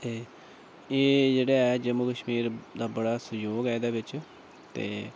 ते एह् जेह्डा ऐ जम्मू कश्मीर दा बड़ा सैहयोग ऐ एह्दे बिच